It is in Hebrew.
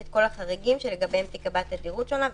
את כל החריגים שלגביהם תיקבע תדירות שונה.